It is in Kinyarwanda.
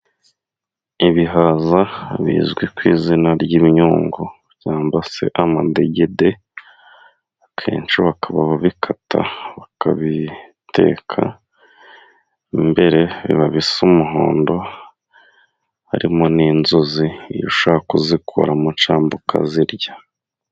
Ibihaza bizwi ku izina ry'imyungu cyangwa se amadegede, akenshi bakaba babikata, bakabiteka, mo imbere biba bisa umuhondo, harimo n'inzuzi, iyo ushaka uzikuramo cyangwa ukazirya.